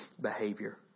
behavior